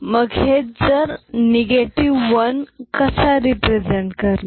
मग 1 कसा रिप्रेझेंट करणार